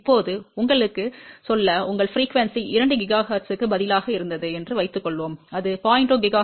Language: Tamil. இப்போது உங்களுக்குச் சொல்ல உங்கள் அதிர்வெண் 2 GHz க்கு பதிலாக இருந்தது என்று வைத்துக்கொள்வோம் அது 0